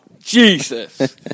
Jesus